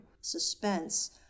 suspense